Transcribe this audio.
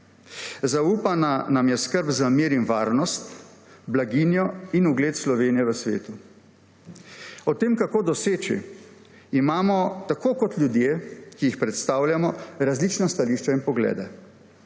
Zaupana nam je skrb za mir in varnost, blaginjo in ugled Slovenije v svetu. O tem, kako doseči, imamo tako kot ljudje, ki jih predstavljamo, različna stališča in poglede.